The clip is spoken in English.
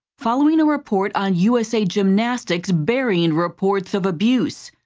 following a report on u s a. gymnastics burying reports of abuse.